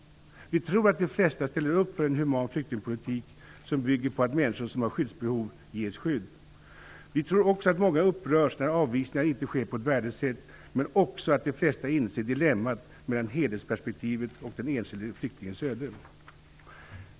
Vi tror att de flesta ställer upp på en human flyktingpolitik som bygger på att människor som har skyddsbehov ges skydd. Vi tror också att många upprörs när avvisningar inte sker på ett värdigt sätt, men också att de flesta inser dilemmat mellan helhetsperspektivet och den enskilde flyktingens öde.